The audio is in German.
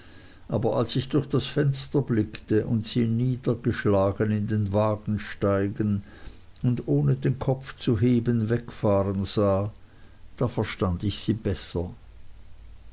aber als ich durch das fenster blickte und sie niedergeschlagen in den wagen steigen und ohne den kopf zu heben wegfahren sah da verstand ich sie besser